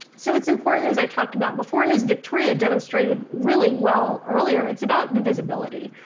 so it's important, as i talked about before, and as victoria demonstrated really well earlier, it's about the visibility.